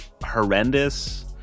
horrendous